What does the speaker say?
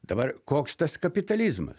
dabar koks tas kapitalizmas